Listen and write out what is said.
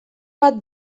bat